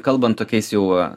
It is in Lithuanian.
kalbant tokiais jau